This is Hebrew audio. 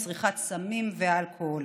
צריכת הסמים והאלכוהול.